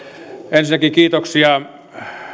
ensinnäkin kiitoksia